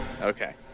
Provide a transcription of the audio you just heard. Okay